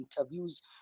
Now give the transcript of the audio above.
interviews